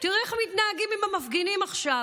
תראי איך הם מתנהגים עם המפגינים עכשיו.